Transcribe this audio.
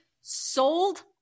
sold